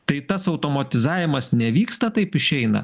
tai tas automatizavimas nevyksta taip išeina